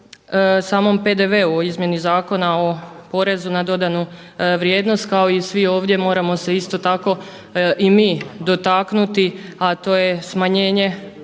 samom PDV-u o izmjeni Zakona o porezu na dodanu vrijednost kao i svi ovdje moramo se isto tako i mi dotaknuti, a to je smanjenje